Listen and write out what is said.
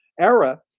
era